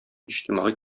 иҗтимагый